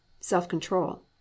self-control